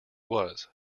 was